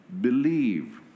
believe